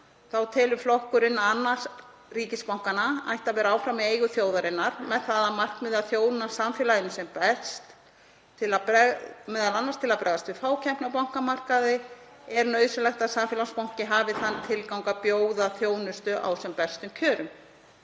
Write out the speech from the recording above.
telur flokkurinn að annar ríkisbankanna ætti að vera áfram í eigu þjóðarinnar með það að markmiði að þjóna samfélaginu sem best. Meðal annars til að bregðast við fákeppni á bankamarkaði er nauðsynlegt að samfélagsbanki hafi þann tilgang að bjóða þjónustu á sem bestum kjörum.